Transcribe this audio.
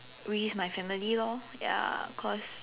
risk my family lor ya cause